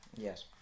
Yes